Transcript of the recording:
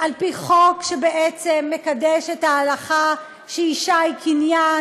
על פי חוק שבעצם מקדש את ההלכה שאישה היא קניין,